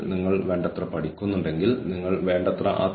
അവരുടെ ചിന്തയിലും പ്രവർത്തനത്തിലും അവർ കൂടുതൽ സ്വതന്ത്രരാണ്